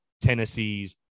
Tennessee's